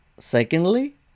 Secondly